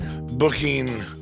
booking